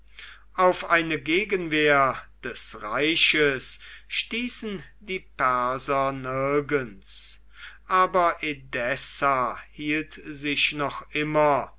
auf eine gegenwehr des reiches stießen die perser nirgends aber edessa hielt sich noch immer